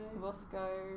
Moscow